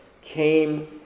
came